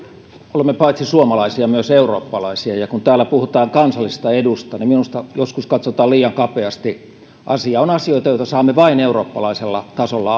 olemme paitsi suomalaisia myös eurooppalaisia ja kun täällä puhutaan kansallisesta edusta niin minusta joskus katsotaan liian kapeasti on asioita joita saamme aikaan vain eurooppalaisella tasolla